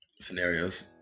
scenarios